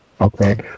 Okay